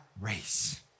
race